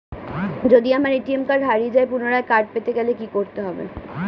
যদি আমার ATM card হারিয়ে যায় পুনরায় কার্ড পেতে গেলে কি করতে হবে?